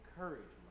encouragement